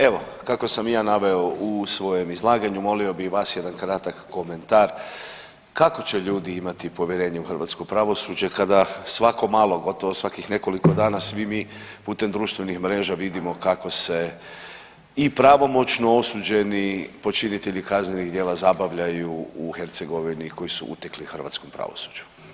Evo kako sam i ja naveo u svom izlaganju, molio bi i vas jedan kratak komentar, kako će ljudi imati povjerenje u hrvatsko pravosuđe kada svako malo gotovo svakih nekoliko dana svi mi putem društvenih mreža vidimo kako se i pravomoćno osuđeni počinitelji kaznenih djela zabavljaju u Hercegovini koji su utekli hrvatskom pravosuđu.